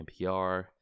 NPR